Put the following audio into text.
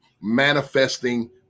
manifesting